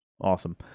Awesome